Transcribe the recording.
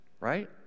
Right